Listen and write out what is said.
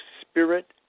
spirit